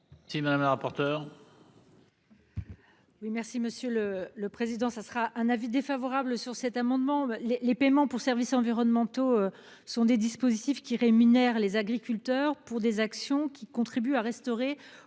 Si madame la rapporteure.